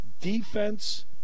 defense